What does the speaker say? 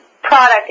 Product